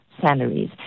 salaries